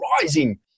rising